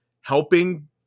helping